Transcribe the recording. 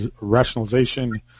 rationalization